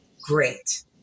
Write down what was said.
great